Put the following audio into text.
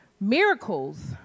Miracles